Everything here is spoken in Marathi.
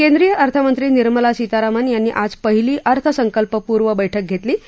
केंद्रीय अर्थमंत्री निर्मला सीतारामन यांनी आज पहिली अर्थसंकल्पपूर्व बैठक घत्तमी